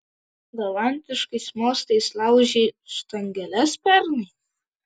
galantiškais mostais laužei štangeles pernai